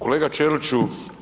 Kolega Ćeliću.